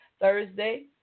Thursday